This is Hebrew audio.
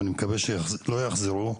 ואני מקווה שלא יחזרו,